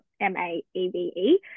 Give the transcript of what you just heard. M-A-E-V-E